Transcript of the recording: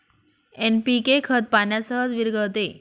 NPK खत पाण्यात सहज विरघळते